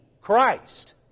Christ